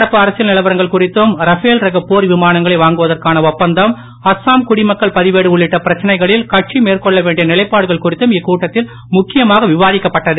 நடப்பு அரசியல் நிலவரங்கள் குறித்தும் ரபேல் ரக போர் விமானங்களை வாங்குவதற்கான ஒப்பந்தம் அஸ்ஸாம் குடிமக்கள் பதிவேடு உள்ளிட்ட பிரச்சனைகளில் கட்சி மேற்கொள்ள வேண்டிய நிலைப்பாடுகள் குறித்தும் இக்கூட்டத்தில் முக்கியமாக விவாதிக்கப்பட்டது